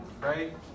right